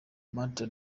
matt